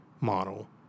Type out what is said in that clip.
model